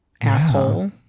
asshole